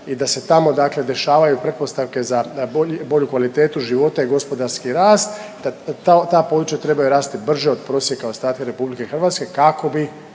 i da se tamo, dakle dešavaju pretpostavke za bolju kvalitetu života i gospodarski rast, da ta područja trebaju rasti brže od prosjeka ostatka Republike Hrvatske kako bi